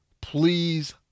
please